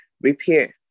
Repair